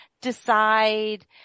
decide